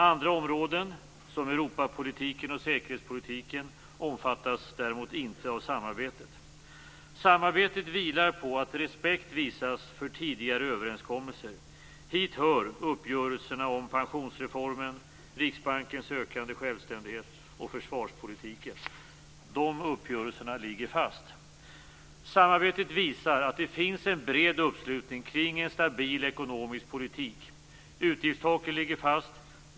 Andra områden, som Europapolitiken och säkerhetspolitiken, omfattas däremot inte av samarbetet. Samarbetet vilar på att respekt visas för tidigare överenskommelser. Hit hör uppgörelserna om pensionsreformen, Riksbankens ökade självständighet och försvarspolitiken. De uppgörelserna ligger fast. Samarbetet visar att det finns en bred uppslutning kring en stabil ekonomisk politik. Utgiftstaken ligger fast.